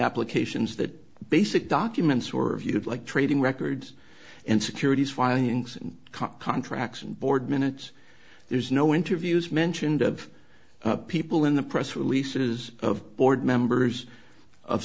applications that basic documents or viewed like trading records and securities filings contracts and board minutes there's no interviews mentioned of people in the press releases of board members of